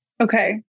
Okay